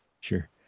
Sure